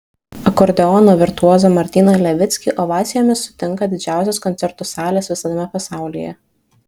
akordeono virtuozą martyną levickį ovacijomis sutinka didžiausios koncertų salės visame pasaulyje